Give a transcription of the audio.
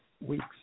weeks